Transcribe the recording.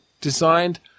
designed